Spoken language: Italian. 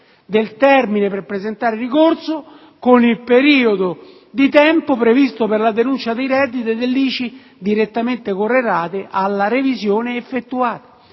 del termine per presentare ricorso con il periodo di tempo previsto per la denuncia dei redditi e dell'ICI direttamente correlata alle revisioni effettuate.